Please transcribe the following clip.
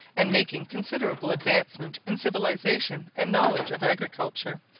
and making considerable advancement in civilisation and knowledge of agriculture.